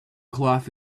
cloth